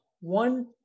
one